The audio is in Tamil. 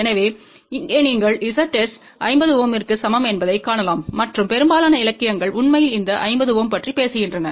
எனவே இங்கே நீங்கள் Z s 50 Ωற்கு சமம் என்பதைக் காணலாம் மற்றும் பெரும்பாலான இலக்கியங்கள் உண்மையில் இந்த 50 Ω பற்றி பேசுகின்றன